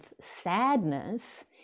sadness